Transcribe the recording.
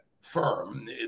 firm